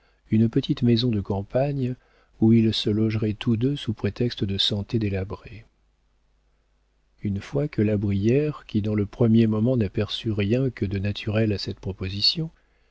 une petite maison de campagne où ils se logeraient tous deux sous prétexte de santé délabrée une fois que la brière qui dans le premier moment n'aperçut rien que de naturel à cette proposition